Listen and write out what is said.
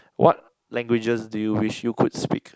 what languages do you wish you could speak